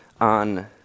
on